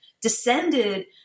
descended